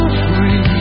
free